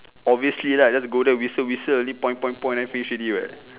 obviously lah just go there whistle whistle only point point point then finish already [what]